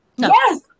Yes